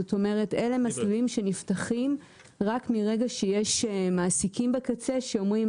זאת אומרת אלה הם מסלולים שנפתחים רק מרגע שיש מעסיקים בקצה שאומרים